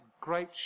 great